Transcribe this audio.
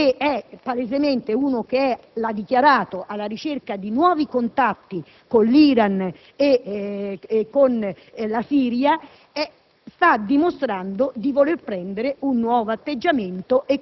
dando le nuove responsabilità a Gates, che è palesemente - lo ha dichiarato - alla ricerca di nuovi contatti con l'Iran e con la Siria,